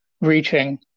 reaching